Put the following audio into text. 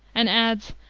and adds,